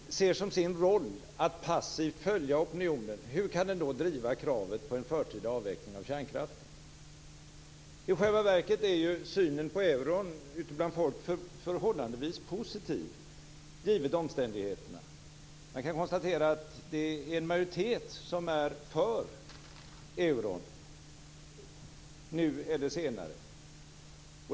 Herr talman! Finansministerns utläggningar om opinionen ger anledning till frågan: Om nu regeringen ser som sin roll att passivt följa opinionen, hur kan den då driva kravet på en förtida avveckling av kärnkraften? I själva verket är ju synen på euron ute bland folk förhållandevis positiv, givet omständigheterna. Man kan konstatera att en majoritet är för euron nu eller senare.